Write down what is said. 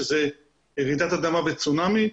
שזאת רעידת אדמה וצונאמי,